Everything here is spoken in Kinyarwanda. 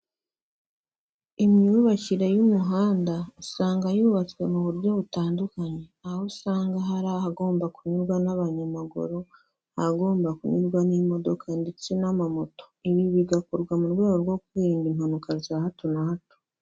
Imyubakire y'umuhanda usanga yubatswe mu buryo butandukanye aho usanga hari ahagomba kunyurwa n'abanyamaguru, ahagomba kunyurwa n'imodoka ndetse n'amamoto, ibi bigakorwa mu rwego rwo kwirinda impanuka za hato na hato.